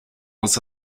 was